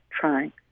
trying